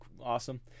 awesome